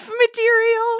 material